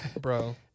bro